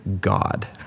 God